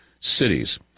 cities